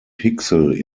pixel